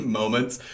moments